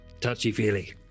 touchy-feely